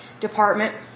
department